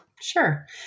Sure